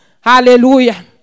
Hallelujah